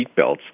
seatbelts